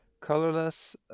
colorless